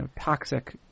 toxic